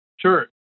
Sure